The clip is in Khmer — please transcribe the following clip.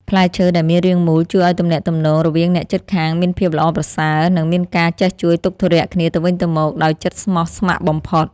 ផ្លែឈើដែលមានរាងមូលជួយឱ្យទំនាក់ទំនងរវាងអ្នកជិតខាងមានភាពល្អប្រសើរ និង មានការចេះជួយទុក្ខធុរៈគ្នាទៅវិញទៅមកដោយចិត្តស្មោះស្ម័គ្របំផុត។